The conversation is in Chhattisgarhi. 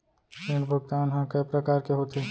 ऋण भुगतान ह कय प्रकार के होथे?